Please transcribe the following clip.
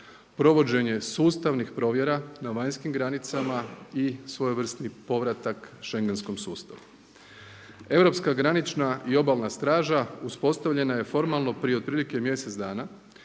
provođenje sustavnih provjera na vanjskim granicama i svojevrsni povratak schengenskom sustavu. Europska granična i obalna straža uspostavljena je formalno prije otprilike mjesec dana